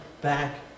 back